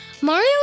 Mario